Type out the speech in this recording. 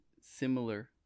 similar